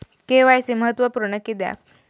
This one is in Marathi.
के.वाय.सी महत्त्वपुर्ण किद्याक?